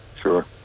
Sure